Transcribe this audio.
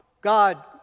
God